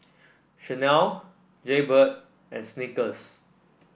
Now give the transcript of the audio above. Chanel Jaybird and Snickers